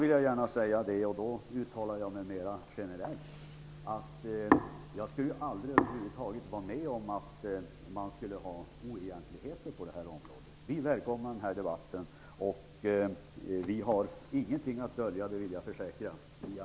Om jag skall uttala mig mer generellt, kan jag säga att jag aldrig skulle gå med på att det förekom oegentligheter på det här området. Vi välkomnar alltså den här debatten, och jag kan försäkra Ian Wachtmeister att vi inte har någonting att dölja.